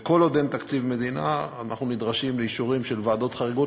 כל עוד אין תקציב מדינה אנחנו נדרשים לאישורים של ועדות חריגות,